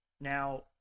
Now